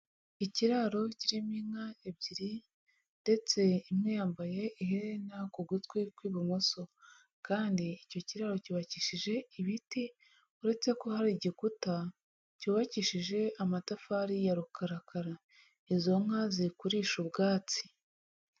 Ikiraro kirimo inka ebyiri ndetse imwe yambaye iherena ku gutwi kw'ibumoso, kandi icyo kiraro cyubakishije ibiti, uretse ko hari igikuta cyubakishije amatafari ya rukarakara, izo nka ziri kurisha ubwatsi.